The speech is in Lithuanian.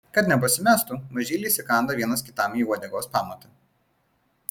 kad nepasimestų mažyliai įsikanda vienas kitam į uodegos pamatą